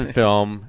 film